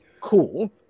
cool